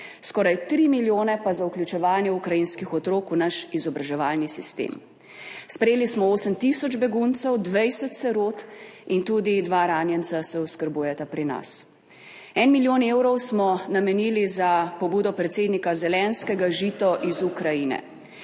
skoraj 3 milijone pa za vključevanje ukrajinskih otrok v naš izobraževalni sistem. Sprejeli smo 8 tisoč beguncev, 20 sirot in tudi 2 ranjenca se oskrbujeta pri nas. **7. TRAK (VI) 12.30** (nadaljevanje) En milijon evrov smo namenili za pobudo predsednika Zelenskega Žito iz Ukrajine.